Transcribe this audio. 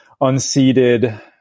unseated